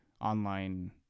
online